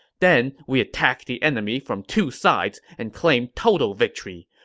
then we attack the enemy from two sides and claim total victory.